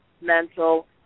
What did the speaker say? mental